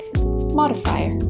Modifier